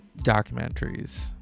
documentaries